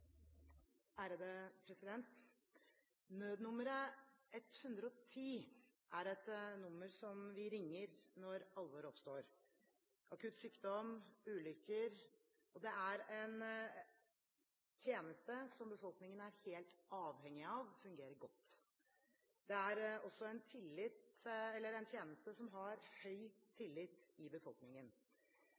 Siv Jensen. Nødnummeret 110 er et nummer som vi ringer når alvoret oppstår – akutt sykdom, ulykker – og det er en tjeneste som befolkningen er helt avhengig av at fungerer godt. Det er også en tjeneste som har høy tillit i befolkningen.